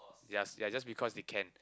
yes ya just because they can